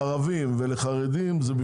ואנחנו מדברים על זה,